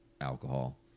alcohol